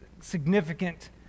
significant